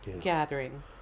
Gathering